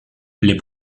les